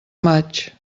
maig